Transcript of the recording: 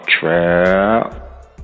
Trap